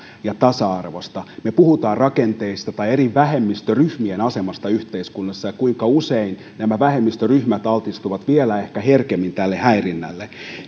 ja tasa arvosta me puhumme rakenteista tai eri vähemmistöryhmien asemasta yhteiskunnassa ja siitä kuinka usein nämä vähemmistöryhmät altistuvat ehkä vielä herkemmin tälle häirinnälle